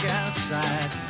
outside